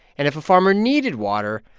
and if a farmer needed water,